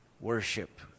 worship